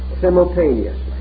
simultaneously